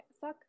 suck